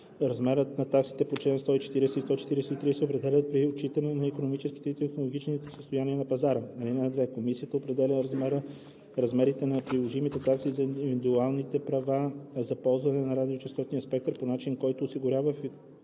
Размерите на таксите по чл. 140 и 143 се определят при отчитане на икономическото и технологичното състояние на пазара. (2) Комисията определя размерите на приложимите такси за индивидуалните права за ползване на радиочестотен спектър по начин, който осигурява